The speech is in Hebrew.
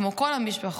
כמו כל המשפחות,